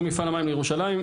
זה מפעל המים לירושלים,